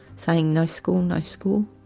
saying, no school, no school.